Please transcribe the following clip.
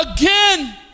again